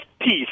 peace